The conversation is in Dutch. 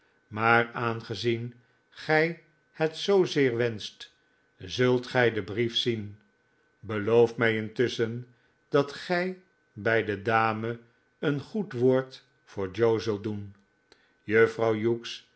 maar aangezien gij het zoozeer wenscht zult gij den brief zien beloof mij intusschen dat gij bij de dame een goed woord voor joe zult doen juffrouw